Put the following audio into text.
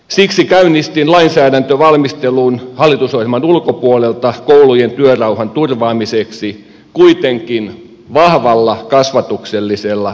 siksi käynnistin lainsäädäntövalmistelun hallitusohjelman ulkopuolelta koulujen työrauhan turvaamiseksi kuitenkin vahvalla kasvatuksellisella otteella